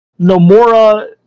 Nomura